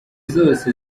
zose